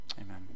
Amen